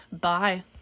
Bye